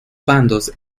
bandos